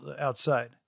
outside